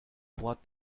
what